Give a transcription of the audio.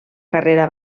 carrera